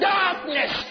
darkness